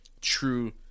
true